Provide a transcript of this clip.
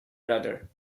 rudder